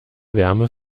wärme